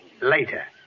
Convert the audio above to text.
Later